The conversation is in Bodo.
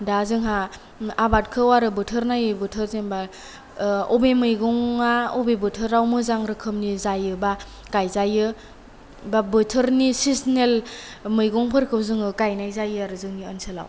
दा जोंहा आबादखौ आरो बोथोर नायै बोथोर जेनोबा अबे मैगंआ अबे बोथोराव मोजां रोखोमनि जायो बा गाइजायो बा बोथोरनि सिसनेल मैगंफोरखौ जोङो गायनाय जायो आरो जोंनि ओनसोलाव